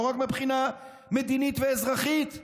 לא רק מבחינה מדינית ואזרחית.